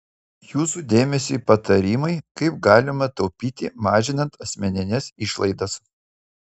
jūsų dėmesiui patarimai kaip galima taupyti mažinant asmenines išlaidas